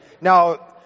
Now